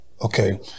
okay